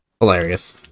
hilarious